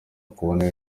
kubona